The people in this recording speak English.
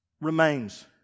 remains